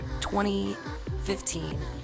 2015